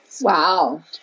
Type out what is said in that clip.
Wow